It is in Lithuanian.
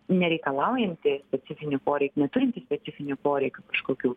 nereikalaujantį specifinių poreikių neturintį specifinių poreikių kažkokių